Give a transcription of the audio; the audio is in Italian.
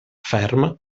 ferm